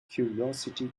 curiosity